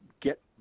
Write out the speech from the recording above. get